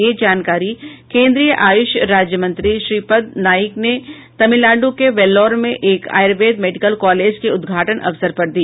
यह जानकारी केंद्रीय आयुष राज्य मंत्री श्रीपद नाइक ने तमिलनाडु के वेल्लोर में एक आयुर्वेद मेडिकल कॉलेज के उद्घाटन अवसर पर दी